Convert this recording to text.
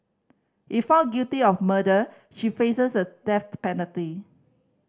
if found guilty of murder she faces the death penalty